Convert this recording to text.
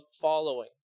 following